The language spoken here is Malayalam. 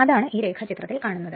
അതാണ് ഈ രേഖാചിത്രത്തിൽ കാണുന്നത്